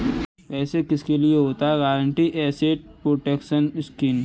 वैसे किसके लिए होता है गारंटीड एसेट प्रोटेक्शन स्कीम?